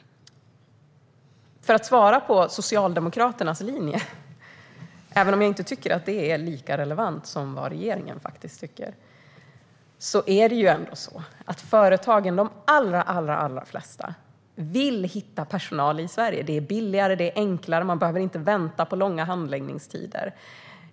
För att svara om Socialdemokraternas linje, även om jag inte tycker att det är lika relevant som vad regeringen tycker, vill ändå de allra flesta företag hitta personal i Sverige. Det är billigare och enklare, och man behöver inte vänta på långa handläggningstider.